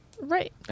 Right